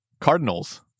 Cardinals